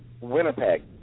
Winnipeg